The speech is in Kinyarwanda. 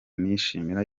nishimira